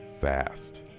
fast